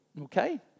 Okay